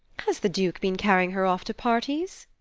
has the duke been carrying her off to parties?